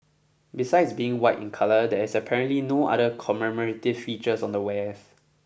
besides being white in colour there is apparently no other commemorative features on the wares